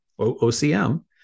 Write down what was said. OCM